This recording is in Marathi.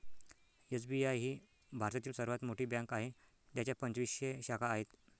एस.बी.आय ही भारतातील सर्वात मोठी बँक आहे ज्याच्या पंचवीसशे शाखा आहेत